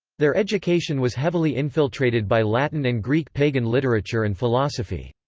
their education was heavily infiltrated by latin and greek pagan literature and philosophy,